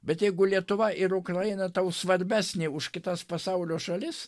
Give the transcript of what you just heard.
bet jeigu lietuva ir ukraina tau svarbesnė už kitas pasaulio šalis